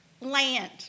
land